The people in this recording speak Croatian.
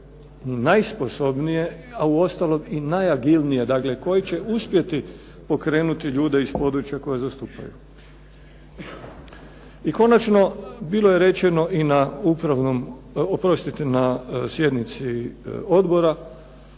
najsposobnije, a uostalom i najagilnije, dakle koji će uspjeti pokrenuti ljude iz područja koje zastupaju. I konačno, bilo je rečeno i na upravnom, oprostite na sjednici odbora